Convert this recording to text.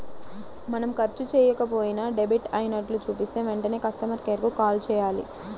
మనం ఖర్చు చెయ్యకపోయినా డెబిట్ అయినట్లు చూపిస్తే వెంటనే కస్టమర్ కేర్ కు కాల్ చేయాలి